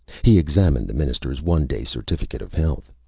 he examined the minister's one-day certificate of health.